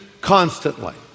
constantly